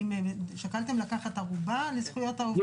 יכולתם לקחת ערובה לזכויות העובדים,